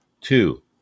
Two